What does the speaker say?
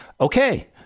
okay